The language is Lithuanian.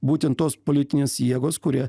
būtent tos politinės jėgos kurie